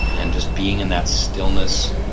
and just being in that stillness